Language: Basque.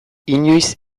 inoiz